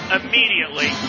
immediately